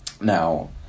Now